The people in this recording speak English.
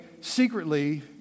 secretly